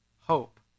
hope